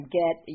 get